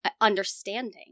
understanding